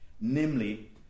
namely